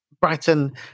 Brighton